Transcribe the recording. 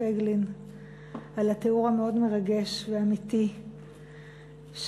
פייגלין על התיאור המאוד מרגש ואמיתי של